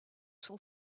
sont